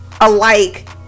alike